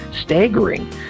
staggering